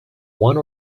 one